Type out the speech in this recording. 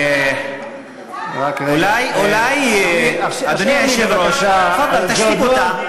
למה, אדוני היושב-ראש, תפאדל, תשתיק אותה.